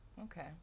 Okay